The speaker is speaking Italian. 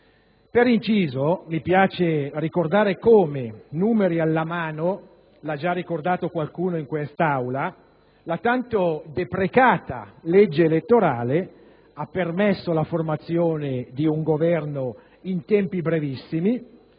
Per inciso, mi piace ricordare come, numeri alla mano (l'ha già ricordato qualcuno in quest'Aula), la tanto deprecata legge elettorale ha permesso la formazione di un Governo in tempi brevissimi